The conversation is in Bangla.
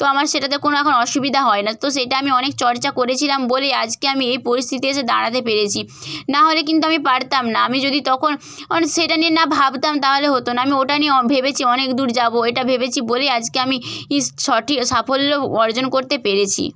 তো আমার সেটাতে কোনো এখন অসুবিধা হয় না তো সেটা আমি অনেক চর্চা করেছিলাম বলেই আজকে আমি এই পরিস্থিতিতে এসে দাঁড়াতে পেরেছি নাহলে কিন্তু আমি পারতাম না আমি যদি তখন অন সেটা নিয়ে না ভাবতাম তাহলে হতো না আমি ওটা নিয়ে অ ভেবেছি অনেক দূর যাব এটা ভেবেছি বলেই আজকে আমি সাফল্য অর্জন করতে পেরেছি